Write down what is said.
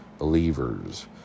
believers